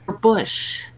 Bush